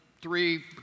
three